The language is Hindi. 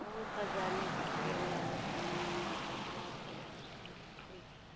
वो सजाने के लिए लान छान मेनली घर द्वार सजाने के लिए फूल कीनना